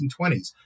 1920s